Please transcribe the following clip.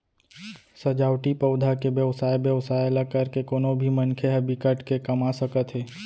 सजावटी पउधा के बेवसाय बेवसाय ल करके कोनो भी मनखे ह बिकट के कमा सकत हे